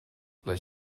les